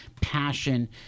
passion